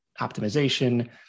optimization